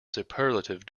superlative